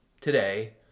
today